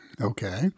Okay